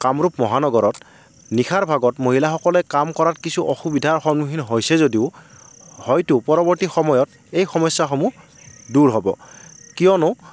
কামৰূপ মহানগৰত নিশাৰ ভাগত মহিলাসকলে কাম কৰাত কিছু অসুবিধাৰ সন্মুখীন হৈছে যদিও হয়তো পৰৱৰ্তী সময়ত এই সমস্যাসমূহ দূৰ হ'ব কিয়নো